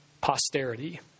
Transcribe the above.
posterity